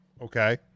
Okay